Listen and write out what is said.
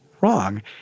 wrong